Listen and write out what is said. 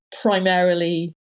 primarily